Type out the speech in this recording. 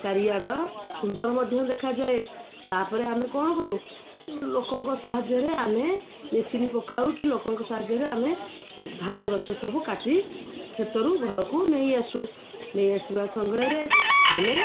ଚାରିଆଡ଼ ସୁନ୍ଦର ମଧ୍ୟ ଦେଖାଯାଏ ତା'ପରେ ଆମେ କ'ଣ କରୁ ଲୋକଙ୍କ ସାହାଯ୍ୟରେ ଆମେ ମେସିନ୍ ପକାଉ କିି ଲୋକଙ୍କ ସାହାଯ୍ୟରେ ଆମେ ଧାନ ଗଛ ସବୁ କାଟି କ୍ଷେତରୁ ଘରକୁ ନେଇ ଆସୁ ନେଇ ଆସିବା ସମୟରେ ଆମେ